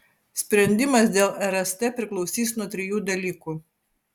sprendimas dėl rst priklausys nuo trijų dalykų